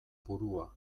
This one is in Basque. burua